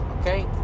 okay